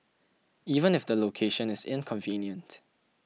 even if the location is inconvenient